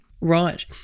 Right